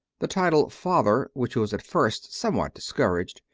the title father, which was at first somewhat discouraged,